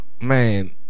Man